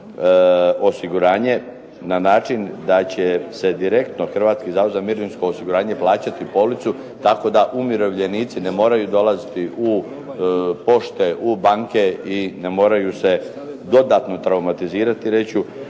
osiguranje na način da će se direktno Hrvatski zavod za mirovinsko osiguranje plaćati policu tako da umirovljenici ne moraju dolaziti u pošte, u banke i ne moraju se dodatno traumatizirati reći